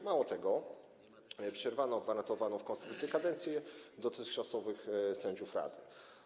Mało tego, przerwano gwarantowaną w konstytucji kadencję dotychczasowych sędziów rady.